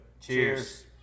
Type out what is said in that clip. Cheers